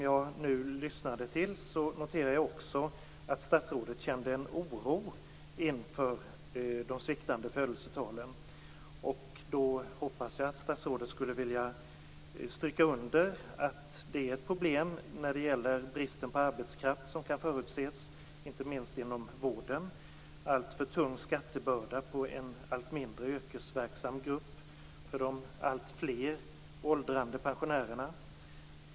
Jag noterar också att statsrådet kände en oro inför de sviktande födelsetalen. Jag hoppas att statsrådet vill stryka under att det är ett problem när det gäller bristen på arbetskraft, som kan förutses, inte minst inom vården. Det blir en alltför tung skattebörda på en allt mindre yrkesverksam grupp för de alltfler åldrande pensionärerna.